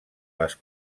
les